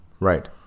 Right